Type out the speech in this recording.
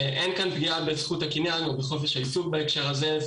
אין כאן פגיעה בזכות הקניין או בחופש העיסוק בהקשר הזה,